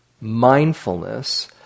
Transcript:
mindfulness